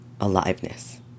aliveness